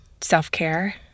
self-care